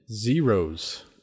zeros